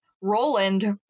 Roland